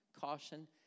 caution